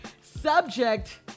Subject